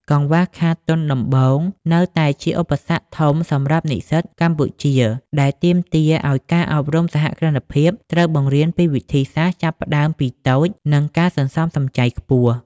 កង្វះខាត "ទុនដំបូង" នៅតែជាឧបសគ្គធំសម្រាប់និស្សិតកម្ពុជា ដែលទាមទារឱ្យការអប់រំសហគ្រិនភាពត្រូវបង្រៀនពីវិធីសាស្ត្រ "ចាប់ផ្ដើមពីតូច" និងការសន្សំសំចៃខ្ពស់។